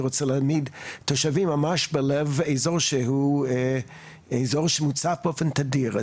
רוצה להעמיד תושבים ממש בלב אזור שהוא אזור שמוצף באופן תדיר.